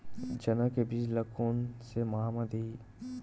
चना के बीज ल कोन से माह म दीही?